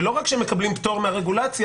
ולא רק שהם מקבלים פטור מרגולציה,